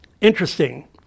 Interesting